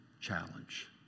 challenge